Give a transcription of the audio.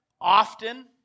often